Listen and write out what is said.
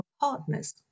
partners